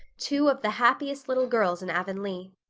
two of the happiest little girls in avonlea.